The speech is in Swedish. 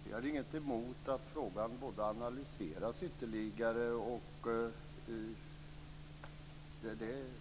Fru talman! Vi har inget emot att frågan analyseras ytterligare.